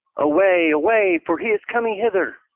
away, away! for he is coming hither.